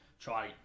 try